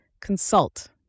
Consult